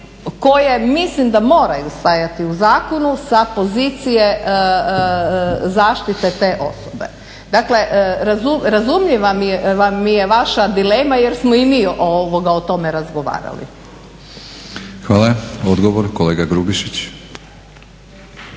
koje mislim da moraju stajati u zakonu sa pozicije zaštite te osobe. Dakle, razumljiva mi je vaša dilema jer smo i mi o tome razgovarali. **Batinić, Milorad